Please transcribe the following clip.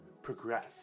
progress